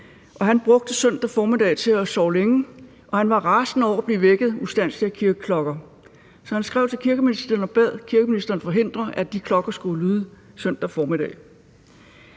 han brugte søndag formiddag til at sove længe, og han var rasende over ustandselig at blive vækket af kirkeklokker. Så han skrev til kirkeministeren og bad kirkeministeren om at forhindre, at de klokker skulle lyde søndag formiddag.